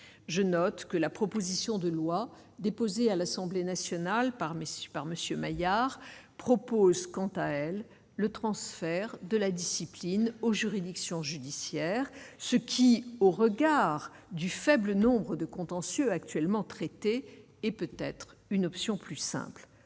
je note que la proposition de loi déposée à l'Assemblée nationale par messieurs par monsieur Maillard propose quant à elle, le transfert de la discipline aux juridictions judiciaires, ce qui au regard du faible nombre de contentieux actuellement traité et peut-être une option plus simple,